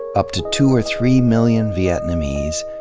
up to two or three million vietnamese,